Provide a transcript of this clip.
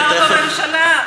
אתה שר בממשלה,